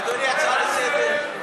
אדוני, הצעה לסדר,